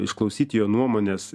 išklausyti jo nuomonės